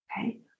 okay